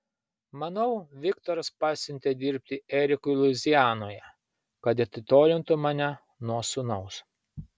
manau viktoras pasiuntė dirbti erikui luizianoje kad atitolintų mane nuo sūnaus